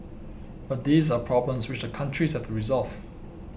but these are problems which the countries have to resolve